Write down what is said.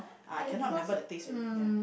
uh cannot remember the taste already ya